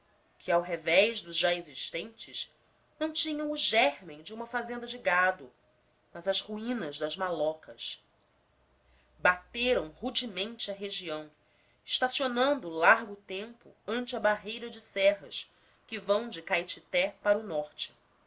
que ao revés dos já existentes não tinham o gérmen de uma fazenda de gado mas as ruínas das malocas bateram rudemente a região estacionando largo tempo ante a barreira de serras que vão de caetité para o norte